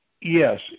yes